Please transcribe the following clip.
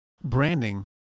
branding